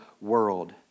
world